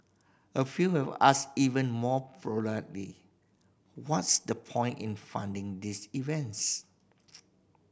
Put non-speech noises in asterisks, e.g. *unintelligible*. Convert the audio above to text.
a few have asked even more *unintelligible* what's the point in funding these events